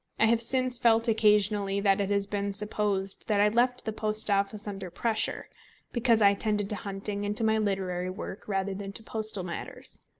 i have since felt occasionally that it has been supposed that i left the post office under pressure because i attended to hunting and to my literary work rather than to postal matters.